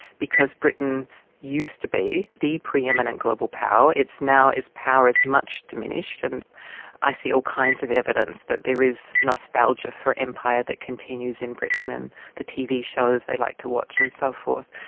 because britain used to be the preeminent global power it's now, it's power is much diminished. and i see all kinds of evidence that there is nostalgia for empire that continues in britain and the tv shows they like to watch and so forth.